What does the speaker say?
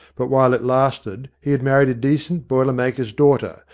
but while it lasted he had married a decent boiler-maker's daughter,